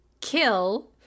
Kill